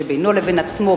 שבינו לבין עצמו,